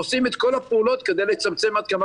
עושים את כל הפעולות כדי לצמצם עד כמה